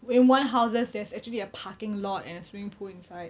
where in one house there's actually a parking lot and a swimming pool inside